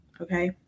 okay